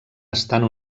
estant